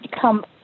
come